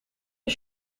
een